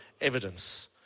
evidence